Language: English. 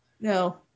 No